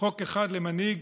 חוק אחד למנהיג